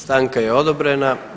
Stanka je odobrena.